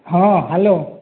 ହଁ ହ୍ୟାଲୋ